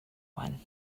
one